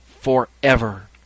forever